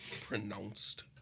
pronounced